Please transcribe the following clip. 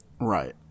Right